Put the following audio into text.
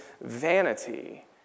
vanity